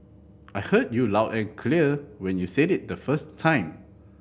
I heard you loud and clear when you said it the first time